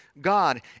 God